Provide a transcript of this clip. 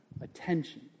attention